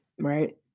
right